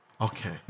Okay